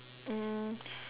um